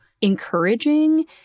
encouraging